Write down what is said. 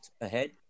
ahead